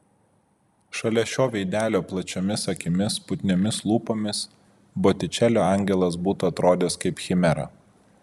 šalia šio veidelio plačiomis akimis putniomis lūpomis botičelio angelas būtų atrodęs kaip chimera